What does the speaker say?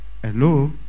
Hello